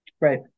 right